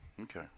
Okay